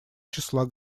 числа